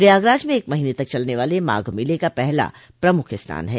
प्रयागराज में एक महीने तक चलने वाले माघ मेले का आज पहला प्रमुख स्नान है